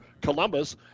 Columbus